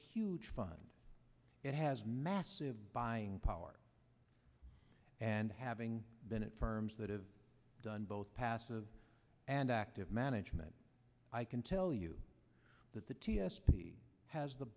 huge fund it has massive buying power and having been it firms that have done both passive and active management i can tell you that the t s p has the